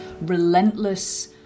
relentless